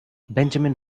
benjamin